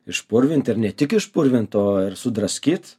išpurvint ir ne tik išpurvint o ir sudraskyt